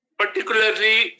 particularly